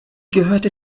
gehörte